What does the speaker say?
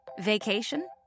Vacation